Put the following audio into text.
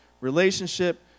relationship